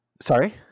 Sorry